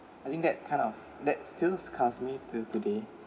I think that kind of that still scared me till today